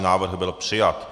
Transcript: Návrh byl přijat.